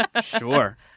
sure